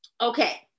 Okay